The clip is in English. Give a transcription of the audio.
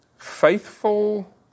faithful